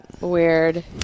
weird